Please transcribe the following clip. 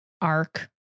arc